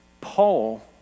Paul